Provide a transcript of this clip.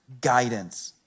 guidance